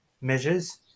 measures